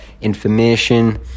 information